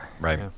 Right